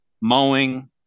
mowing